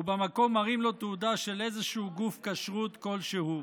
ובמקום מראים לו תעודה של איזשהו גוף כשרות כלשהו.